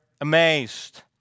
amazed